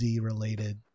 related